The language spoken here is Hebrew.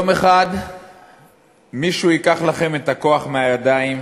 "יום אחד מישהו ייקח לכם את הכוח מהידיים,